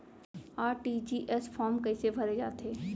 RTGS form कइसे भरे जाथे?